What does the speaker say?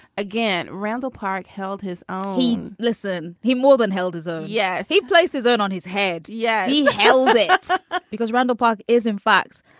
again, randall park held his own listen. he more than held his own. yes, he placed his own on his head. yeah, he held it up because randall park is, in fact,